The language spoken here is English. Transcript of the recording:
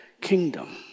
kingdom